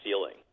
ceiling